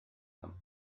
them